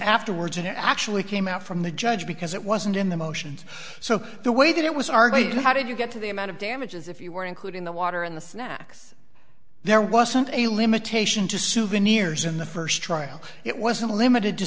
afterwards and actually came out from the judge because it wasn't in the motions so the way that it was our way to how did you get to the amount of damages if you were including the water in the snacks there wasn't a limitation to souvenirs in the first trial it wasn't limited to